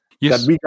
Yes